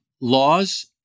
laws